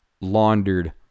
laundered